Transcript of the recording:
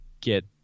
get